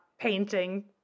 painting